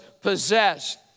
possessed